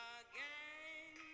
again